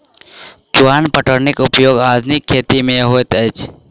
चुआन पटौनीक उपयोग आधुनिक खेत मे होइत अछि